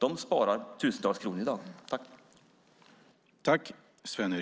De sparar i dag tusentals kronor.